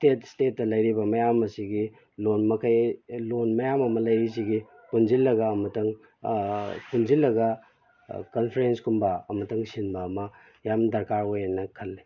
state ꯏꯁꯇꯦꯠꯇ ꯂꯩꯔꯤꯕ ꯃꯌꯥꯝ ꯑꯁꯤꯒꯤ ꯂꯣꯟ ꯃꯈꯩ ꯂꯣꯟ ꯃꯌꯥꯝ ꯑꯃ ꯂꯩꯔꯤꯁꯤꯒꯤ ꯄꯨꯟꯁꯤꯜꯂꯒ ꯑꯃꯨꯛꯇꯪ ꯄꯨꯟꯁꯤꯜꯂꯒ ꯀꯟꯐ꯭ꯔꯦꯟꯁ ꯀꯨꯝꯕ ꯑꯃꯇꯪ ꯁꯤꯟꯕ ꯑꯃ ꯌꯥꯝ ꯗꯔꯀꯥꯔ ꯑꯣꯏꯑꯅ ꯈꯜꯂꯤ